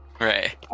Right